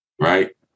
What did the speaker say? right